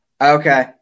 Okay